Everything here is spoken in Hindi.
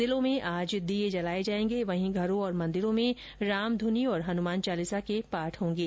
जिलों में आज दीये जलाए जाएंगे वहीं घरों और मंदिरों में रामधुनी और हनुमान चालीसा के पाठ होंगे